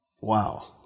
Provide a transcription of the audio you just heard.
Wow